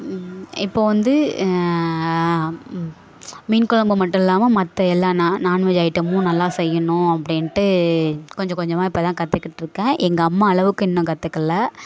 இப்போது வந்து மீன் கொழம்பு மட்டும் இல்லாமல் மற்ற எல்லா நா நாண்வெஜ் ஐட்டமும் நல்லா செய்யணும் அப்படின்ட்டு கொஞ்சம் கொஞ்சமாக இப்பேத தான் கற்றுக்கிட்ருக்கேன் எங்கள் அம்மா அளவுக்கு இன்னும் கற்றுக்கல